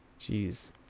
Jeez